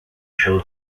show